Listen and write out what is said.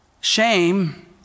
Shame